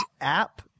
app